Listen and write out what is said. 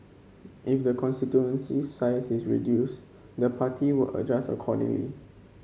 if the constituency's size is reduced the party would adjust accordingly